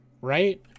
right